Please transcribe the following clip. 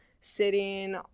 sitting